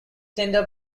tender